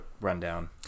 rundown